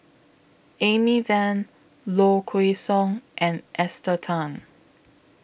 Amy Van Low Kway Song and Esther Tan